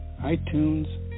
iTunes